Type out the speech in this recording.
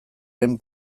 lehen